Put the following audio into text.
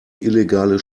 illegale